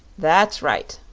that's right,